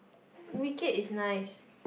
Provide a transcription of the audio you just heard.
Wicked is nice